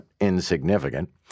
insignificant